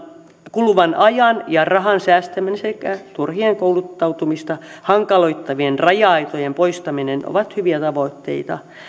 kuluvan ajan ja rahan säästäminen sekä turhien kouluttautumista hankaloittavien raja aitojen poistaminen ovat hyviä tavoitteita